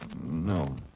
No